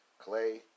Clay